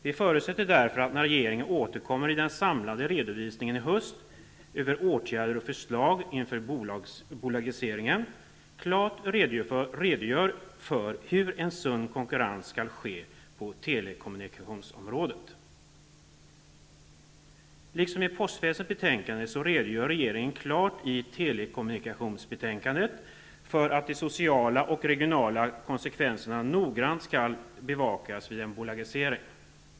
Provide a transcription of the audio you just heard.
Vi förutsätter därför att man, när regeringen i höst återkommer i fråga om den samlade redovisningen av åtgärder och förslag inför bolagiseringen, klart redogör för hur en sund konkurrens skall ske på telekommunikationsområdet. Liksom har skett i betänkandet om postväsendet redovisas regeringens syn klart i betänkandet om telekommunikationerna. De sociala och regionala konsekvenserna skall noggrant bevakas vid en bolagisering.